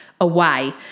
away